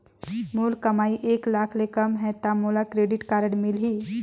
मोर कमाई एक लाख ले कम है ता मोला क्रेडिट कारड मिल ही?